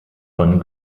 von